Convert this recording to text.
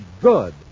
good